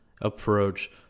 approach